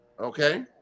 okay